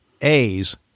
a's